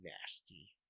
nasty